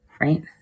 Right